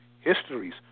histories